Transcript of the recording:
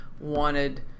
wanted